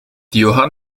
johan